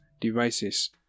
devices